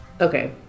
Okay